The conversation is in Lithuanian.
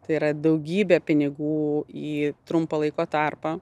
tai yra daugybė pinigų į trumpą laiko tarpą